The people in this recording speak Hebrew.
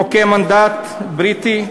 חוקי המנדט הבריטי.